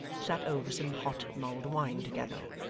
sat over some hot mulled wine together.